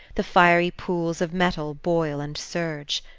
the fiery pools of metal boil and surge.